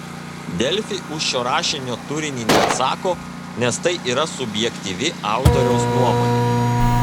delfi už šio rašinio turinį neatsako nes tai yra subjektyvi autoriaus nuomonė